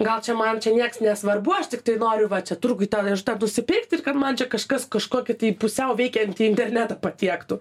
gal čia man čia nieks nesvarbu aš tiktai noriu va čia turguj ten už tą nusipirkti kad man čia kažkas kažkokį tai tik pusiau veikiantį internetą patiektų